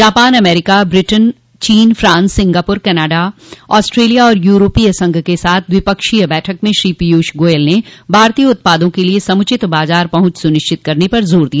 Japan America Britain चीन France Singapore Canada Australia और यूरोपीय संघ के साथ द्विपक्षीय बैठक में श्री पीयूष गोयल ने भारतीय उत्पादों के लिए समुचित बाजार पहुंच सुनिश्चित करने पर जोर दिया